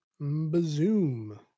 Bazoom